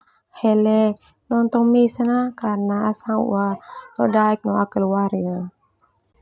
Hele nonton mesang ah, karena au sanga ua lodaek no au keluarga ah.